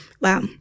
Wow